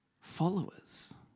followers